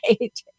right